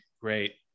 Great